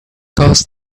caused